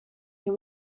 your